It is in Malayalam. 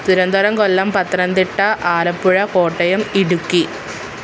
തിരുവനന്തപുരം കൊല്ലം പത്തനംതിട്ട ആലപ്പുഴ കോട്ടയം ഇടുക്കി